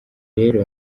rero